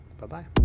Bye-bye